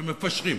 שמפשרים,